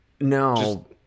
no